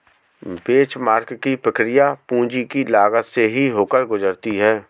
benchmark की प्रक्रिया पूंजी की लागत से ही होकर गुजरती है